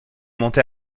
monté